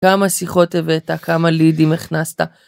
כמה שיחות הבאת כמה לידים הכנסת